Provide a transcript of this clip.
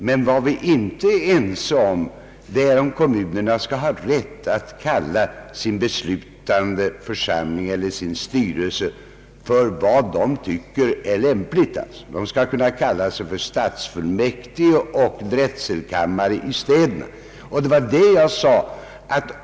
Men vad vi inte är ense om är om kommunerna skall ha rätt att kalla sin beslutande församling eller styrelse för vad de tycker är lämpligt, exempelvis stadsfullmäktige och drätselkammare i städerna.